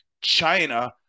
China